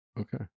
Okay